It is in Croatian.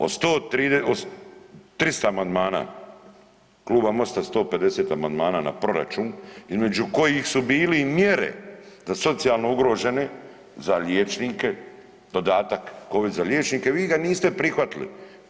Od 300 amandmana kluba MOST-a 150 amandmana na proračun, između kojih su bili i mjere za socijalno ugrožene, za liječnike dodatak, kovid za liječnike vi ga niste prihvatili.